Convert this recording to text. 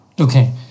Okay